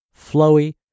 flowy